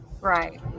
Right